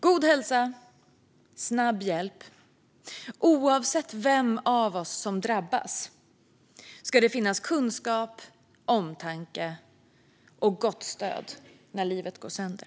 God hälsa och snabb hjälp - oavsett vem av oss som drabbas ska det finnas kunskap, omtanke och gott stöd när livet går sönder.